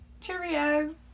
Cheerio